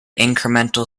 incremental